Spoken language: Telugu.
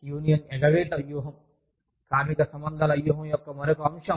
యూనియన్ ఎగవేత వ్యూహం కార్మిక సంబంధాల వ్యూహం యొక్క మరొక అంశం